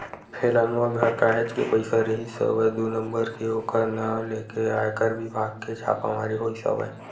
फेलनवा घर काहेच के पइसा रिहिस हवय दू नंबर के ओखर नांव लेके आयकर बिभाग के छापामारी होइस हवय